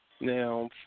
Now